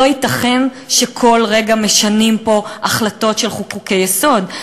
לא ייתכן שכל רגע משנים פה החלטות של חוקי-יסוד.